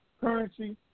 currency